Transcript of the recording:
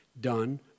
done